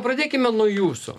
pradėkime nuo jūsų